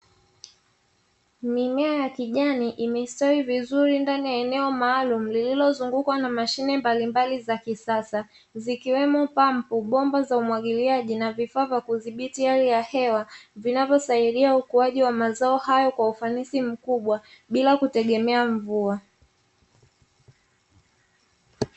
Mimea ya kijani imestawi vizuri ndani ya eneo maalumu lililozungukwa na mashine mbalimbali za kisasa; zikiwemo pampu, bomba za umwagiliaji na vifaa ya kudhibiti hali ya hewa; vinavyosaidi ukuaji wa mazao hayo kwa ufanisi mkubwa bila kutegemea mvua.